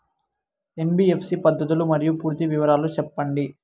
NBFC పద్ధతులు మరియు పూర్తి వివరాలు సెప్పండి?